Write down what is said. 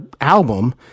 album